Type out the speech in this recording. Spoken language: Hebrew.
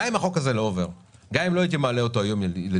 בעולם התמלוגים שהגופים האלה משלמים,